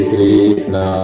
Krishna